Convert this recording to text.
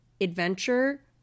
adventure